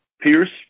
Pierce